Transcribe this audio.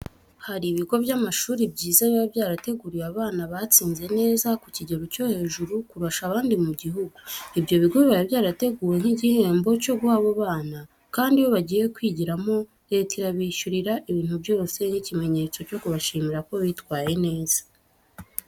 Hari ibigo by'amashuri byiza biba byarateguriwe abana batsinze neza ku kigero cyo hejuru kurusha abandi mu gihugu. Ibyo bigo biba byarateguwe nk'igihembo cyo guha abo bana, kandi iyo bagiye kwigiramo Leta irabishyurira ibintu byose nk'ikimenyetso cyo kubashimira ko bitwaye neza.